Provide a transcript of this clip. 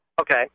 Okay